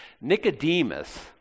Nicodemus